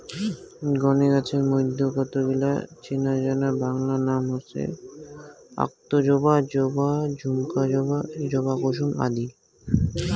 গণে গছের মইধ্যে কতগিলা চেনাজানা বাংলা নাম হসে অক্তজবা, জবা, ঝুমকা জবা, জবা কুসুম আদি